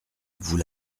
vous